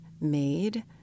made